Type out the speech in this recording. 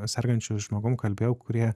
sergančiu žmogum kalbėjau kurie